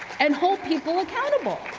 and hold people accountable.